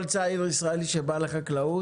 כל צעיר ישראלי שבא לחקלאות,